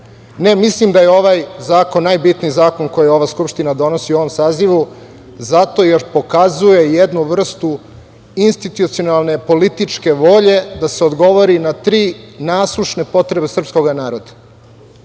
Ne, mislim da je ovaj zakon najbitniji zakon koji ova Skupština donosi u ovom sazivu zato, jer pokazuje jednu vrstu institucionalne političke volje da se odgovori na tri nasušne potrebe srpskog naroda. Prva